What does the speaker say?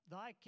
Thy